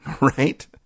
Right